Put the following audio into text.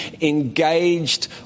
engaged